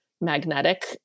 magnetic